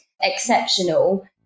exceptional